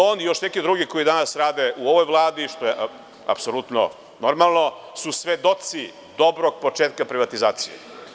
On i još neki drugi koji danas rade u ovoj Vladi, što je apsolutno normalno, su svedoci dobrog početka privatizacije.